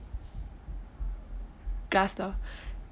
glass door